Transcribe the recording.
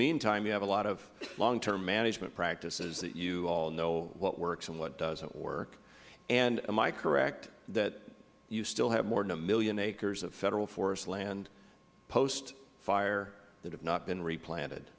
meantime you have a lot of long term management practices that you all know what works and what doesn't work and am i correct that you still have more than a million acres of federal forest land post fire that have not been replanted